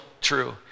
true